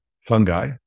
fungi